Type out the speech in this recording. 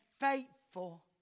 faithful